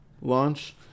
launch